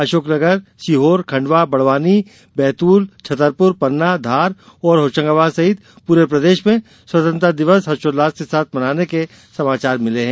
अशोकनगरसीहोरखंडवा बड़वानी बैतूलछतरपुर पन्ना धार होशंगाबाद सहित पूरे प्रदेश में स्वतंत्रता दिवस हर्षोल्लास के साथ मनाने के समाचार मिलें हैं